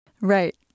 Right